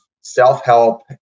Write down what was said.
self-help